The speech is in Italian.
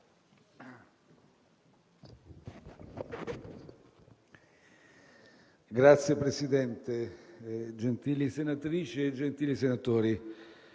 Signor Presidente, gentili senatrici e gentili senatori,